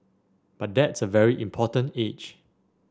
but that's a very important age